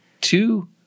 Two